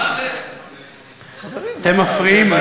אתם מפריעים.